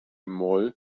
moll